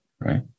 right